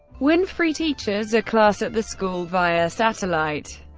winfrey teaches a class at the school via satellite.